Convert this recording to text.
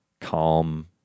calm